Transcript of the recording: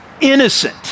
innocent